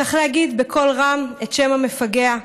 צריך להגיד בקול רם את שם המפגע.